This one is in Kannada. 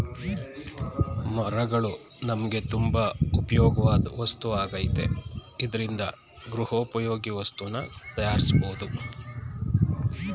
ಮರಗಳು ನಮ್ಗೆ ತುಂಬಾ ಉಪ್ಯೋಗವಾಧ್ ವಸ್ತು ಆಗೈತೆ ಇದ್ರಿಂದ ಗೃಹೋಪಯೋಗಿ ವಸ್ತುನ ತಯಾರ್ಸ್ಬೋದು